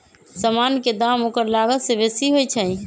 समान के दाम ओकर लागत से बेशी होइ छइ